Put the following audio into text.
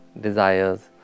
desires